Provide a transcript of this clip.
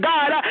God